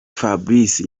fabrice